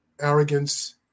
arrogance